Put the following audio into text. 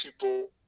people